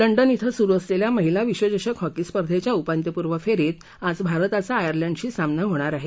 London ध्रे सुरू असलेल्या महिला विध चषक हॉकी स्पर्धेच्या उपान्त्यपूर्व फेरीत आज भारताचा आयर्लंडशी सामना होणार आहे